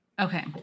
Okay